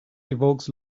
evokes